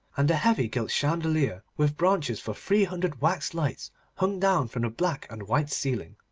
and a heavy gilt chandelier with branches for three hundred wax lights hung down from the black and white ceiling.